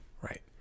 right